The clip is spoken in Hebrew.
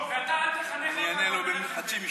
אענה לו בחצי משפט,